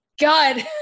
god